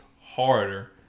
harder